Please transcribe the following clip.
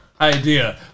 idea